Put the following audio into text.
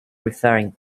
referring